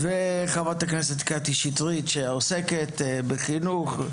וחברת הכנסת קטי שטרית שעוסקת בחינוך,